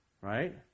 right